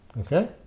Okay